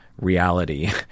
reality